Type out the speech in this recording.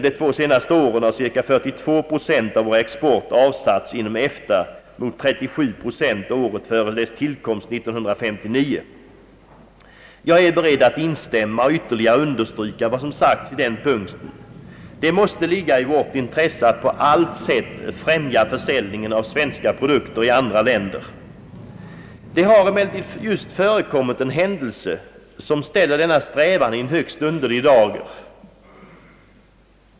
De två senaste åren har ca 42 procent av vår export avsatts inom EFTA mot 37 procent året före dess tillkomst 1959.» Jag är beredd att instämma i och ytterligare understryka vad som har sagts på den punkten. Det måste ligga i vårt intresse att på allt sätt främja försäljningen av svenska produkter i andra länder. Det har emellertid just förekommit en händelse, som ställer denna strävan i en högst underlig dager.